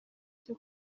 cyo